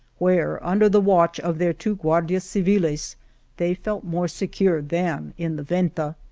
where under the watch of their two guardias civtles, they felt more secure than in the venta,